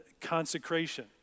consecration